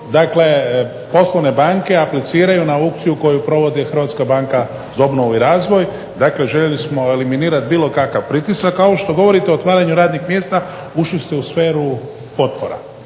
Dakle, poslovne banke apliciraju na aukciju koju provode HBOR-a, dakle željeli smo eliminirati bilo kakav pritisak. A ovo što govorite o otvaranju radnih mjesta, ušli ste u sferu potpora.